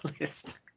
list